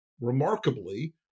remarkably